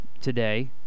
today